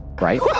right